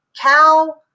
cow